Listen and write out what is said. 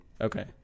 Okay